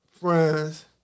friends